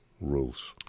rules